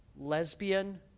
lesbian